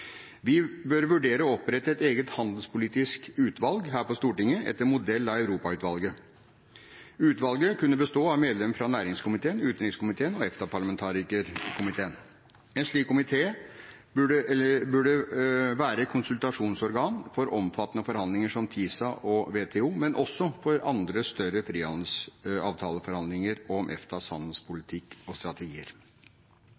Vi bør vurdere å opprette et eget handelspolitisk utvalg her på Stortinget etter modell av Europautvalget. Utvalget kunne bestå av medlemmer fra næringskomiteen, utenrikskomiteen og EFTA-parlamentarikerkomiteen. En slik komité burde være konsultasjonsorgan for omfattende forhandlinger som TISA og WTO, men også for andre større frihandelsavtaleforhandlinger og om EFTAs